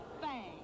Bang